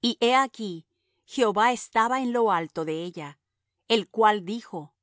y he aquí jehová estaba en lo alto de ella el cual dijo